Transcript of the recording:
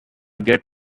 get